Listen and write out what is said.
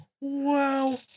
Wow